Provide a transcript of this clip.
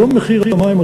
היום מחיר המים,